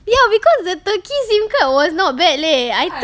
ya because the turkey SIM card was not bad leh I